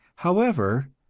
however,